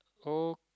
oh